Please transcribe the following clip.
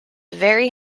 very